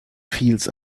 fields